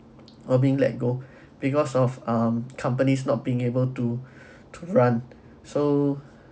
or being let go because of um companies not being able to to run so